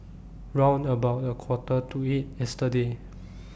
round about A Quarter to eight yesterday